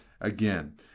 again